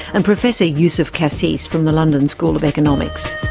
and professor youssef cassis from the london school of economics.